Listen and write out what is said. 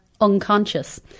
unconscious